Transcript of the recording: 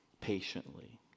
Patiently